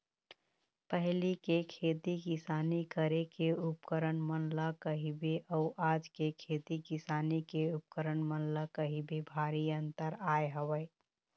पहिली के खेती किसानी करे के उपकरन मन ल कहिबे अउ आज के खेती किसानी के उपकरन मन ल कहिबे भारी अंतर आय हवय